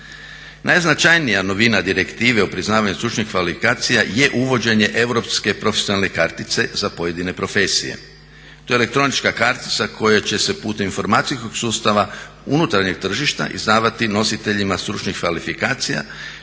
Najznačajnija novina direktive o priznavanju stručnih kvalifikacija je uvođenje europske profesionalne kartice za pojedine profesije. To je elektronička kartica koja će se putem informatičkog sustava unutarnjeg tržišta izdavati nositeljima stručnih kvalifikacija